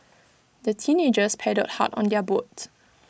the teenagers paddled hard on their boats